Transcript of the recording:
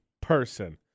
person